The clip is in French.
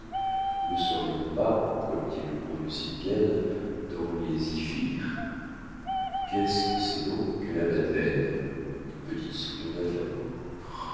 nous ne serions pas comme dit le gros nucingen dans les iffires qu'est-ce que c'est donc que la madeleine une petite souillon d'affaire